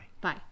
Bye